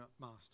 master